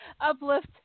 uplift